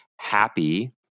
happy